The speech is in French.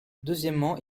deuxièmement